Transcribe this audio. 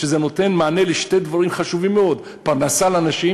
שזה נותן מענה לשני דברים חשובים מאוד: פרנסה לנשים,